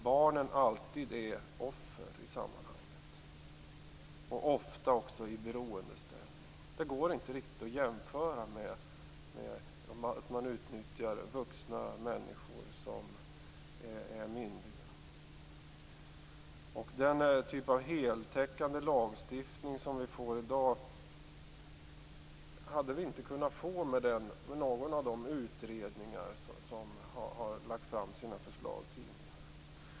Barnen är alltid offer och befinner sig ofta i beroendeställning. Det går inte riktigt att jämföra med att vuxna, myndiga människor, utnyttjas. Den typ av heltäckande lagstiftning som vi fattar beslut om i dag hade inte kunnat skapas med hjälp av de utredningar som tidigare har lagt fram förslag.